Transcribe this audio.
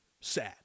sad